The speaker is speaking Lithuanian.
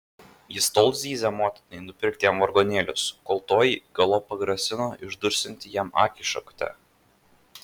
jis tol zyzė motinai nupirkti jam vargonėlius kol toji galop pagrasino išdursianti jam akį šakute